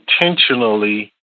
intentionally